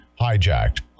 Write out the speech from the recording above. hijacked